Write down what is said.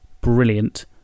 brilliant